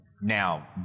Now